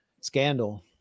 scandal